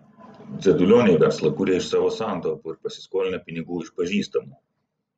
dzedulioniai verslą kūrė iš savo santaupų ir pasiskolinę pinigų iš pažįstamų